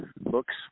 Books